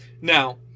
Now